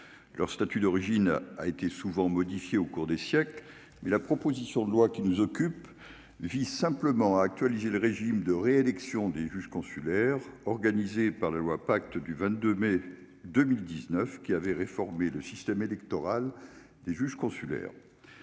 leur statut d'origine a été souvent modifié au cours des siècles mais la proposition de loi qui nous occupe, vit simplement à actualiser le régime de réélection des juges consulaires, organisé par la loi, pacte du 22 mai 2019 qui avait réformer le système électoral des juges consulaires